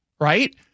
right